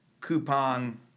Coupon